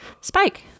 Spike